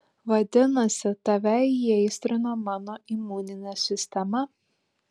vadinasi tave įaistrino mano imuninė sistema